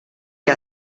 que